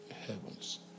heavens